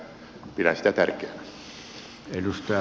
arvoisa puhemies